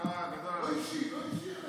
לא אישי, לא אישי אליך.